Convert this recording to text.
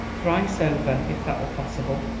thrice over, if that were possible.